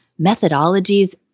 methodologies